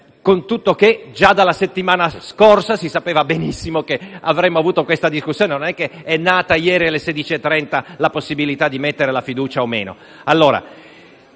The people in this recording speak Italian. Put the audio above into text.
del fatto che già dalla settimana scorsa si sapeva benissimo che avremmo avuto questa discussione: non è che è nata ieri alle 16,30 la possibilità di porre la fiducia sul